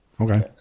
okay